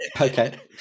Okay